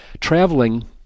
Traveling